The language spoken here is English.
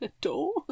door